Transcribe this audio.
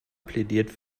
plädiert